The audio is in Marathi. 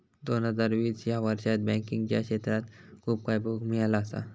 दोन हजार वीस ह्या वर्षात बँकिंगच्या क्षेत्रात खूप काय बघुक मिळाला असा